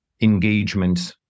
engagement